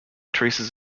traces